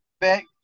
back